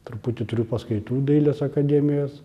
truputį turiu paskaitų dailės akademijos